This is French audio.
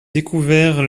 découvert